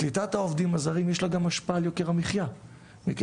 קליטת העובדים הזרים יש לה השפעה גם על יוקר המחייה מפני